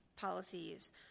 policies